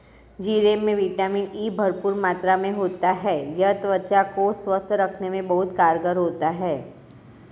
जीरे में vitamin E भरपूर मात्रा में होता है यह त्वचा को स्वस्थ रखने में बहुत कारगर होता है